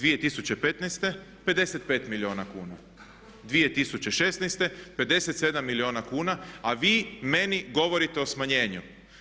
2015. 55 milijuna kuna, 2016. 57. milijuna kuna, a vi meni govorite o smanjenju.